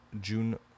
June